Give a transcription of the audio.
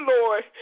Lord